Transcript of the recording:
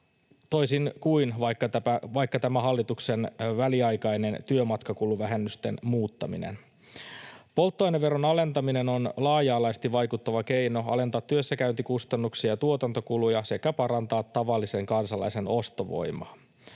toisin kuin vaikka tämä hallituksen väliaikainen työmatkakuluvähennysten muuttaminen. Polttoaineveron alentaminen on laaja-alaisesti vaikuttava keino alentaa työssäkäyntikustannuksia ja tuotantokuluja sekä parantaa tavallisen kansalaisen ostovoimaa.